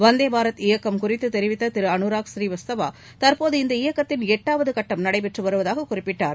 வந்தே பாரத் இயக்கம் குறித்து தெரிவித்த திரு அனுராக் புநீவத்சவா தற்போது இந்த இயக்கத்தின் எட்டாவது கட்டம் நடைபெற்று வருவதாக குறிப்பிட்டார்